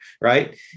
Right